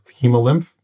hemolymph